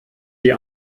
die